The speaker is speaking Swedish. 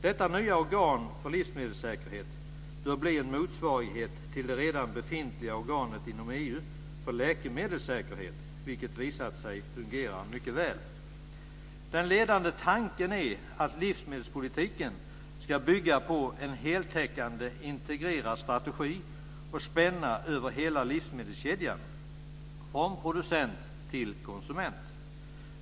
Detta nya organ för livsmedelssäkerhet bör bli en motsvarighet till det redan befintliga organet inom EU för läkemedelssäkerhet, vilket visat sig fungera mycket väl. Den ledande tanken är att livsmedelspolitiken ska bygga på en heltäckande, integrerad strategi och spänna över hela livsmedelskedjan - från producent till konsument.